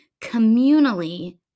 communally